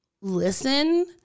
listen